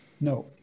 No